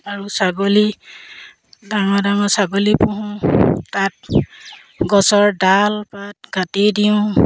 আৰু ছাগলী ডাঙৰ ডাঙৰ ছাগলী পোহোঁ তাত গছৰ ডালপাত কাটি দিওঁ